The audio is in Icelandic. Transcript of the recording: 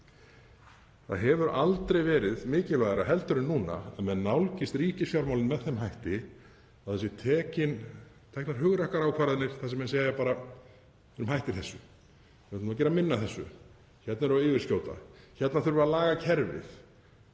Það hefur aldrei verið mikilvægara en nú að menn nálgist ríkisfjármálin með þeim hætti að það séu teknar hugrakkar ákvarðanir þar sem menn segja bara: Við erum hættir þessu. Við ætlum að gera minna af þessu. Hérna erum við að skjóta yfir markið. Hérna þurfum við að laga kerfið.